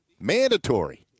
mandatory